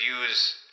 use